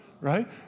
right